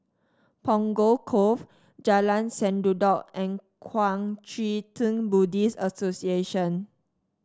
Punggol Cove Jalan Sendudok and Kuang Chee Tng Buddhist Association